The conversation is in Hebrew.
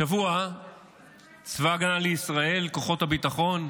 השבוע צבא ההגנה לישראל, כוחות הביטחון,